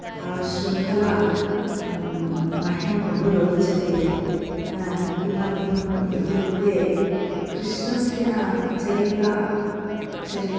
सा शृङ्खला मह्यं बहु रोचते किमर्थम् इत्युक्ते कृष्णस्य चरित्रं चरित्रं